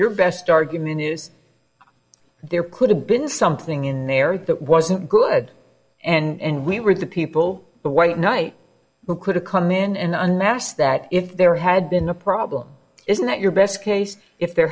your best argument is there could have been something in there that wasn't good and we were the people but white knight who could have come in in an ass that if there had been a problem isn't that your best case if there